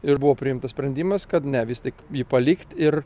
ir buvo priimtas sprendimas kad ne vis tik jį palikt ir